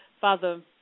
Father